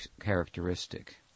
characteristic